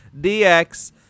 DX